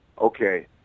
Okay